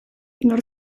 nor